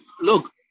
Look